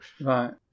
right